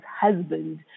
husband